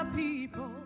people